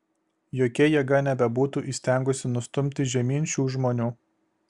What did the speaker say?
jokia jėga nebebūtų įstengusi nustumti žemyn šių žmonių